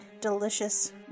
delicious